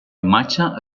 imatge